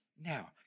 Now